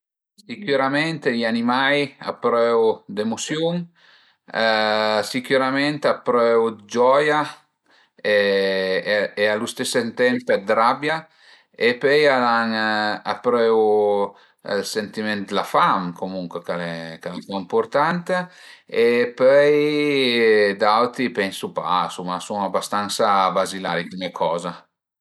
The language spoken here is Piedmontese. Sicürament i animai a prövu le emusiun, sicürament a prövu dë gioia e a lu stesu temp d'rabia e pöi al an, a prövu sentiment d'la fam comuncue ch'al e co ëmpurtant e pöi d'auti pensu pa, suma suma bastansa bazilari cume coza